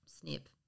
snip